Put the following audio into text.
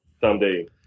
Someday